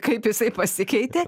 kaip jisai pasikeitė